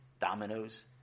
dominoes